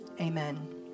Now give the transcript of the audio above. amen